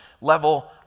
level